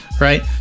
Right